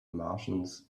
martians